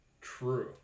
True